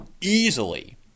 easily